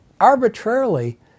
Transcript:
arbitrarily